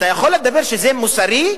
אתה יכול לדבר שזה מוסרי?